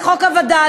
זה חוק הווד"לים.